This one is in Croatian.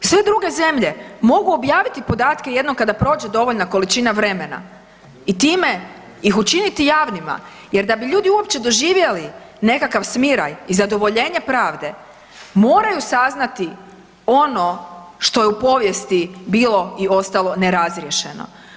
Sve druge zemlje mogu objaviti podatke jednom kada prođe dovoljna količina vremena, i time ih učiniti javnima, jer da bi ljudi uopće doživjeli nekakav smiraj i zadovoljenje pravde, moraju saznati ono što je u povijesti bilo i ostalo nerazriješeno.